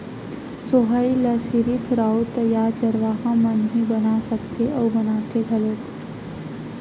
सोहई ल सिरिफ राउत या चरवाहा मन ही बना सकथे अउ बनाथे घलोक